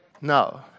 no